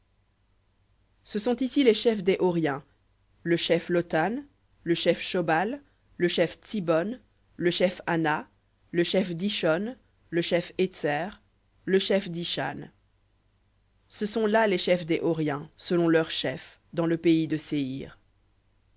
ce sont ici les chefs des horiens le chef lotan le chef shobal le chef tsibhon le chef ana le chef dishon le chef étser le chef dishan ce sont là les chefs des horiens selon leurs chefs dans le pays de